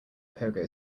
pogo